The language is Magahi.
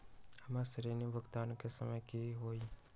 हमर ऋण भुगतान के समय कि होई?